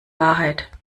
wahrheit